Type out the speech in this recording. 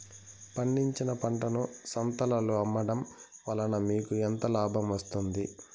పండించిన పంటను సంతలలో అమ్మడం వలన మీకు ఎంత లాభం వస్తుంది?